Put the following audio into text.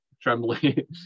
trembling